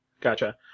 Gotcha